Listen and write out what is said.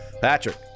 Patrick